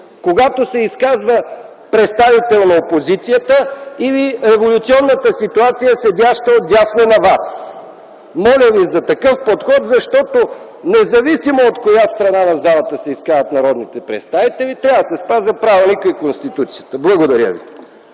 когато се изказва представител на опозицията или еволюционната ситуация, седяща от дясно на Вас. Моля Ви за такъв подход, защото независимо от коя страна на залата се изказват народните представители, трябва да се спазват правилникът и Конституцията. Благодаря.